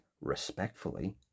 respectfully